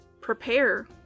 Prepare